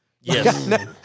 Yes